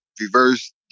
reverse